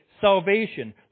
salvation